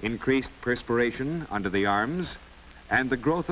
increased perspiration under the arms and the g